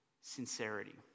sincerity